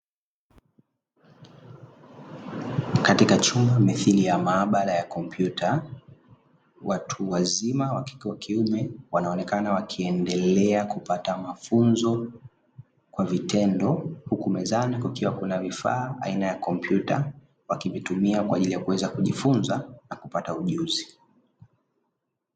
Katika chumba mithili ya maabara ya kompyuta , watu wazima wa kiume wanaonekana wakiendelea kupata mafunzo kwa vitendo huku mezani tukiwa kuna vifaa aina ya kompyuta wakivitumia kwa ajili ya kuweza kujifunza na kupata ujuzi.